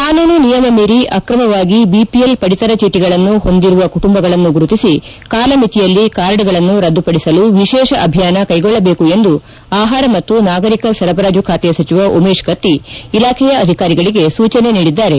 ಕಾನೂನು ನಿಯಮ ಮೀರಿ ಆಕ್ರಮವಾಗಿ ದಿಪಿಎಲ್ ಪಡಿತರ ಚೀಟಗಳನ್ನು ಹೊಂದಿರುವ ಕುಟುಂಬಗಳನ್ನು ಗುರುತಿಸಿ ಕಾಲಮಿತಿಯಲ್ಲಿ ಕಾರ್ಡ್ಗಳನ್ನು ರದ್ದುಪಡಿಸಲು ವಿಶೇಷ ಅಭಿಯಾನ ಕೈಗೊಳ್ಳಬೇಕು ಎಂದು ಆಹಾರ ಮತ್ತು ನಾಗರಿಕ ಸರಬರಾಜು ಖಾತೆ ಸಚಿವ ಉಮೇಶ್ ಕತ್ತಿ ಇಲಾಖೆಯ ಅಧಿಕಾರಿಗಳಿಗೆ ಸೂಚನೆ ನೀಡಿದ್ದಾರೆ